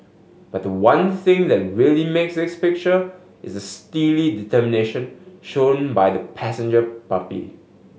but the one thing that really makes this picture is the steely determination shown by the passenger puppy